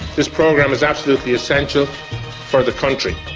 this program is absolutely essential for the country.